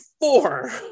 four